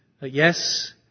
Yes